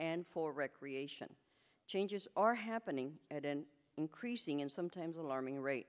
and for recreation changes are happening at an increasing and sometimes alarming rate